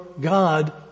God